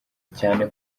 cyane